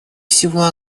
всего